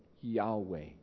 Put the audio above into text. Yahweh